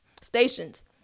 stations